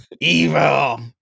Evil